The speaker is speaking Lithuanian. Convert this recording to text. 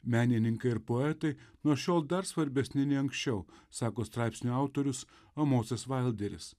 menininkai ir poetai nuo šiol dar svarbesni nei anksčiau sako straipsnio autorius amosis vailderis